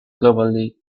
globally